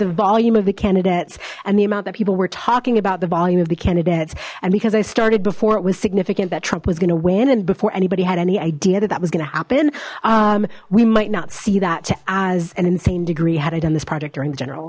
the volume of the candidates and the amount that people were talking about the volume of the candidates and because i started before it was significant that trump was gonna win and before anybody had any idea that that was gonna happen we might not see that as an insane degree had i done this project during the general